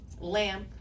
lamp